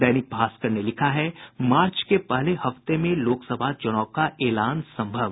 दैनिक भास्कर ने लिखा है मार्च के पहले हफ्ते में लोकसभा चुनाव का एलान संभव